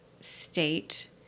state